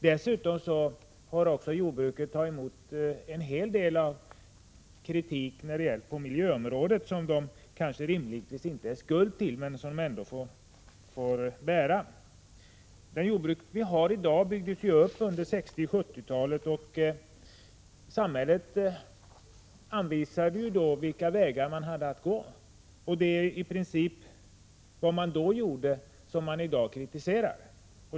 Dessutom har jordbruket fått ta emot en hel del kritik för missförhållanden på miljöområdet som jordbruket rimligtvis inte är skuld till men som jordbruket ändå får ta itu med. Dagens jordbruk byggdes upp under 60 och 70-talen. Samhället anvisade då vilka vägar man hade att gå. Det är i princip vad man då gjorde som man i dag kritiserar.